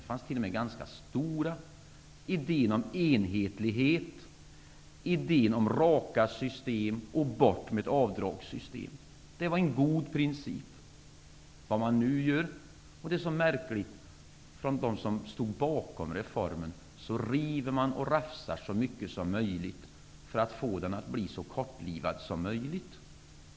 Det fanns t.o.m. ganska stora poänger: idén om enhetlighet, idén om raka system och om att man skulle ta bort avdragssystemet. Det var goda principer. Det är märkligt att de som stod bakom reformen nu river och rafsar så mycket som möjligt för att få den att bli så kortlivad som möjligt.